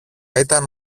ήταν